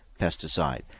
pesticide